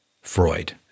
Freud